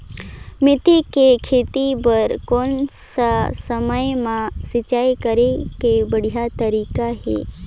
मेथी के खेती बार कोन सा समय मां सिंचाई करे के बढ़िया तारीक हे?